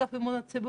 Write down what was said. אגב, אמון הציבור.